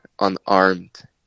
unarmed